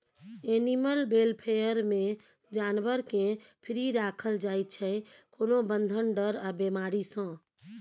animal welfare मे जानबर केँ फ्री राखल जाइ छै कोनो बंधन, डर आ बेमारी सँ